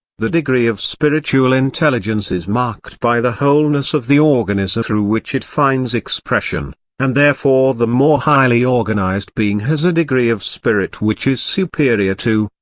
the degree of spiritual intelligence is marked by the wholeness of the organism through which it finds expression and therefore the more highly organised being has a degree of spirit which is superior to,